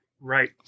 Right